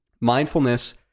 mindfulness